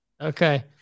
okay